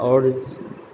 आओर